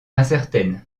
incertaine